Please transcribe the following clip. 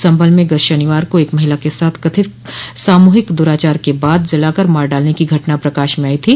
संभल में गत शनिवार को एक महिला के साथ कथित सामूहिक दुराचार के बाद जलाकर मार डालने की घटना प्रकाश में आई थी